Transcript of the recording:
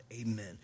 Amen